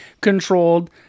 controlled